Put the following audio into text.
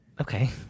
Okay